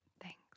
Thanks